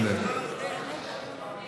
(קורא בשמות חברי הכנסת)